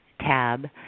tab